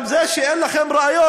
גם זה שאין לכם ראיות,